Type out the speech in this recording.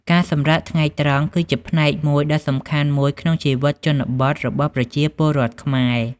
ការសម្រាកថ្ងៃត្រង់គឺជាផ្នែកដ៏សំខាន់មួយក្នុងជីវិតជនបទរបស់ប្រជាពលរដ្ឋខ្មែរ។